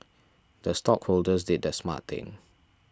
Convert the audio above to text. the stockholders did the smart thing